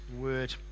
word